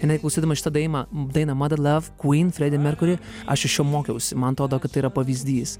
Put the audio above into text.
jinai klausydamas šitą daimą dainą mother love queen freddy mercury aš iš jo mokiausi man atrodo kad tai yra pavyzdys